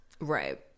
Right